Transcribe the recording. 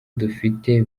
dufite